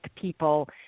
people